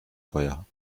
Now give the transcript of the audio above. feuer